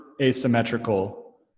asymmetrical